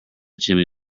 chimney